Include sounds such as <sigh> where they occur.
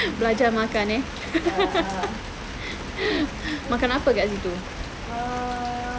belajar makan eh <laughs> makan apa kat situ